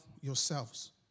yourselves